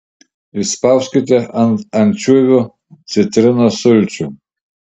išspauskite ant ančiuvių citrinos sulčių